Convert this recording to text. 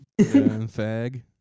Fag